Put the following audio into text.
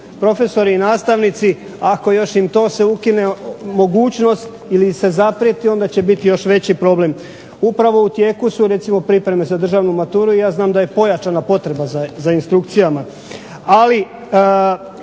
profesori i nastavnici, ako im se još i tom im se ukine mogućnost ili im se zaprijeti onda će biti još veći problem. Upravo u tijeku su pripreme za državnu maturu i ja znam da je pojačana potreba za instrukcijama.